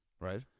Right